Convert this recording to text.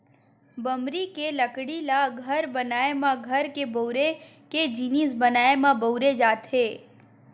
बमरी के लकड़ी ल घर बनाए म, घर के बउरे के जिनिस बनाए म बउरे जाथे